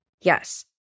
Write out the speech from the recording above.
Yes